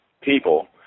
people